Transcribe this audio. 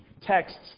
texts